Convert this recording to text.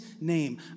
name